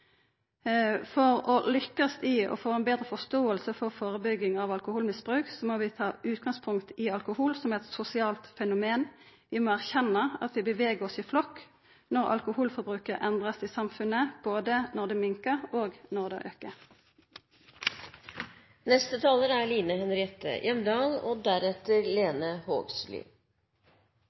For å lykkast i å få ei betre forståing for førebygging av alkoholmisbruk må vi ta utgangspunkt i alkohol som eit sosialt fenomen. Vi må erkjenna at vi beveger oss i flokk når alkoholforbruket blir endra i samfunnet, både når det minkar og når det